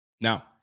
Now